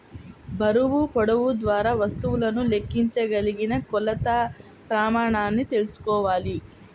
బరువు, పొడవు ద్వారా వస్తువులను లెక్కించగలిగిన కొలత ప్రమాణాన్ని తెల్సుకోవాలి